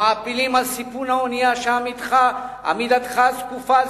המעפילים על סיפון האונייה שעמידתך הזקופה על